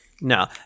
No